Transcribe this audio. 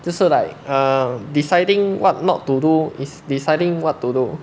就是 like err deciding what not to do is deciding what to do